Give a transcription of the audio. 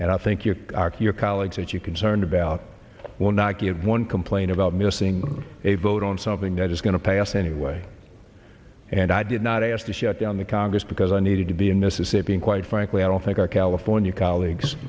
and i think you are your colleagues that you concerned about will not get one complain about missing a vote on something that is going to pass anyway and i did not ask to shut down the congress because i needed to be in mississippi and quite frankly i don't think our california colleagues